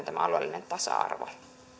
tämä alueellinen tasa arvo